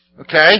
Okay